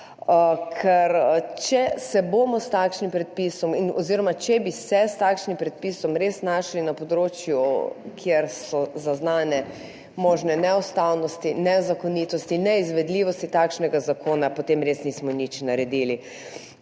na tem področju, predvsem okoljskih. Ker če bi se s takšnim predpisom res znašli na področju, kjer so zaznane možne neustavnosti, nezakonitosti, neizvedljivosti takšnega zakona, potem res nismo nič naredili